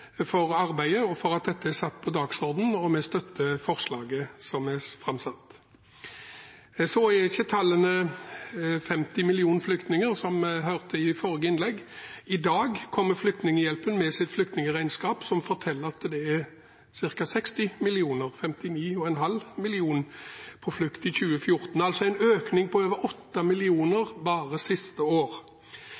for arbeidet og for at dette er satt på dagsordenen, og vi støtter forslaget som er framsatt. Tallet er ikke 50 millioner flyktninger, som vi hørte i forrige innlegg. I dag kommer Flyktninghjelpen med sitt flyktningregnskap, som forteller at det er ca. 60 millioner, 59,5 millioner, på flukt i 2014 – altså en økning på over 8 millioner bare siste år.